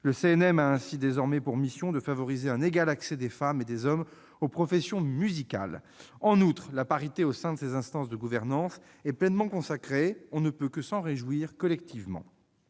Le CNM a ainsi désormais pour mission de favoriser un égal accès des femmes et des hommes aux professions musicales. En outre, la parité au sein de ses instances de gouvernance est pleinement consacrée. On ne peut que s'en réjouir collectivement.